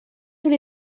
tous